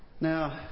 Now